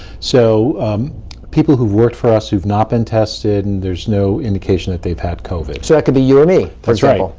so people who've worked for us who've not been tested and there's no indication that they've had covid. so it could be you or me. that's right,